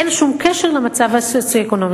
אין שום קשר למצב הסוציו-אקונומי.